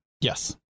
Yes